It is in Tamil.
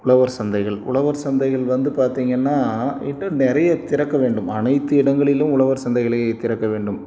உழவர் சந்தைகள் உழவர் சந்தைகள் வந்து பார்த்திங்கன்னா இன்னும் நிறைய திறக்க வேண்டும் அனைத்து இடங்களிலும் உழவர் சந்தைகளை திறக்க வேண்டும்